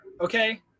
okay